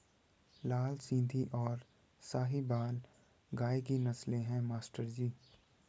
लाल सिंधी और साहिवाल गाय की नस्लें हैं मास्टर जी